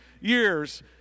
years